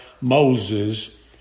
Moses